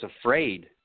afraid